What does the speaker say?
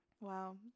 Wow